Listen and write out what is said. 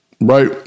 right